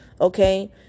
okay